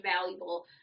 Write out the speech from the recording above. valuable